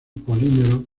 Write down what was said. polímeros